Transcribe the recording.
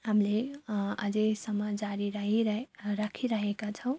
हामीले अझैसम्म जारी राहिराहेका राखिराखेका छौँ